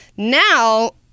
Now